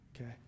okay